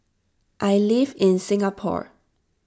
I live in Singapore